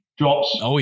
Drops